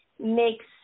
makes